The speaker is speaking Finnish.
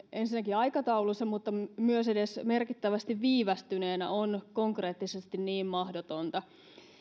ensinnäkin aikataulussa mutta myös edes merkittävästi viivästyneenä on konkreettisesti niin mahdotonta